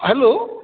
hello